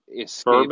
escape